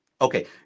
Okay